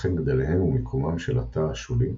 וכן גדליהם ומיקומם של התא השולי,